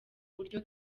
uburyo